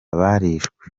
barishwe